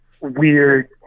weird